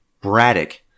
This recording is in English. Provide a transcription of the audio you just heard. Braddock